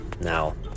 Now